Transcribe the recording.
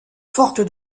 forte